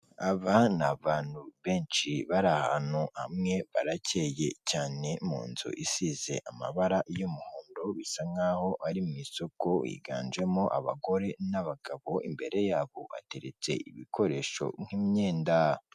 Aba ni abantu benshi bari ahantu hamwe barakeye cyane mu nzu isize amabara y'umuhondo bisa nk'aho ari mu isoko, higanjemo abagore n'abagabo, imbere yabo hateretse ibikoresho nk'imyenda,